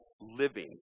living